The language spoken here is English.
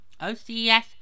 OCS